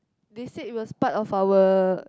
they said it was part of our